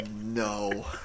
no